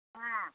ஆ